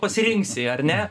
pasirinksi ar ne